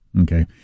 okay